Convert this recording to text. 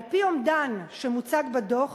על-פי אומדן שמוצג בדוח,